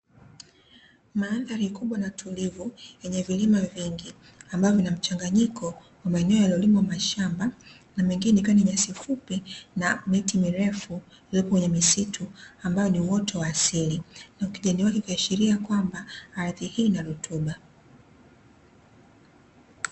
Mandhari kubwa na tulivu yenye vilima vingi ambavyo vinamchanganyiko na maeneo yaliyolimwa mashamba na mengine yakiwa na nyasi fupi na miti mirefu iliyopo kwenye misitu, ambao ni uoto wa asili. Na ukijani wake ukiashiria kwamba ardhi hii ina rutuba.